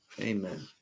Amen